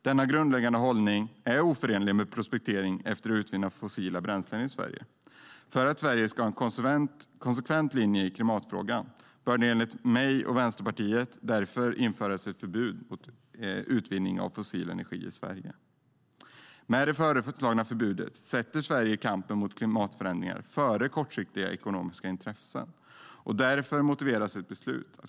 Denna grundläggande hållning är oförenlig med prospektering för utvinning av fossila bränslen i Sverige. För att Sverige ska ha en konsekvent linje i klimatfrågan bör det enligt mig och Vänsterpartiet därför införas ett förbud mot utvinning av fossil energi i Sverige. Med det föreslagna förbudet skulle Sverige sätta kampen mot klimatförändringar före kortsiktiga ekonomiska intressen, och på så sätt motiveras ett beslut.